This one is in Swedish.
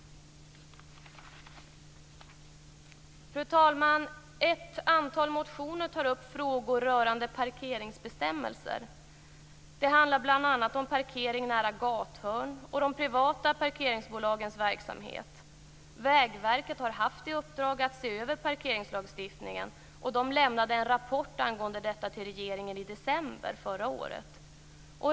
Fru talman! Ett antal motioner tar upp frågor rörande parkeringsbestämmelser. De handlar bl.a. om parkering nära gathörn och de privata parkeringsbolagens verksamhet. Vägverket har haft i uppdrag att se över parkeringslagstiftningen och man lämnade en rapport till regeringen i december förra året.